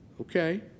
Okay